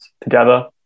together